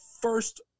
first